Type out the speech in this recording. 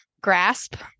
grasp